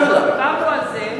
דיברנו על זה,